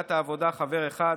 סיעת העבודה, חבר אחד.